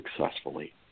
successfully